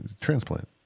Transplant